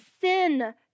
sin